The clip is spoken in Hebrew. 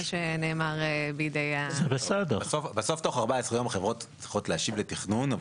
שנאמר בידי --- בסוף תוך 14 יום החברות צריכות להשיב לתכנון.